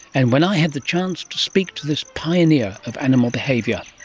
and when i had the chance to speak to this pioneer of animal behaviour.